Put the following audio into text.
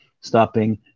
stopping